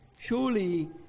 Surely